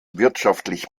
wirtschaftlich